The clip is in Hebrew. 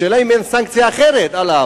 השאלה היא אם אין סנקציה אחרת עליו,